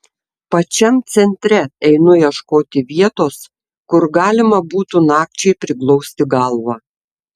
pačiam centre einu ieškoti vietos kur galima būtų nakčiai priglausti galvą